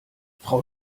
frau